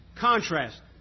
contrast